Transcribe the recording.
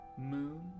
Moon